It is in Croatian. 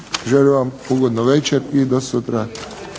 Želim vam ugodno večer i do sutra.